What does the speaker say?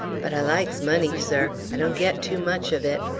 but i likes money, sir i don't get too much of it.